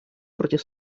против